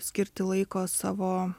skirti laiko savo